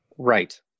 right